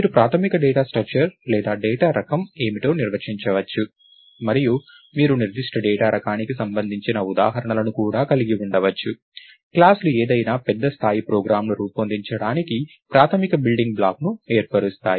మీరు ప్రాథమిక data structure లేదా డేటా రకం ఏమిటో నిర్వచించవచ్చు మరియు మీరు నిర్దిష్ట డేటా రకానికి సంబంధించిన ఉదాహరణలను కూడా కలిగి ఉండవచ్చు క్లాస్ లు ఏదైనా పెద్ద స్థాయి ప్రోగ్రామ్ను రూపొందించడానికి ప్రాథమిక బిల్డింగ్ బ్లాక్ను ఏర్పరుస్తాయి